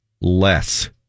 less